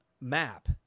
map